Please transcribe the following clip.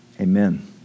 Amen